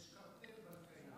יש קרטל בנקאי,